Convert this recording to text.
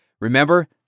Remember